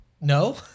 No